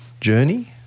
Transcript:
journey